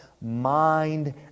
mind